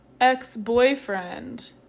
ex-boyfriend